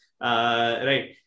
right